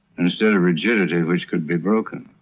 instead of rigidity which could be broken.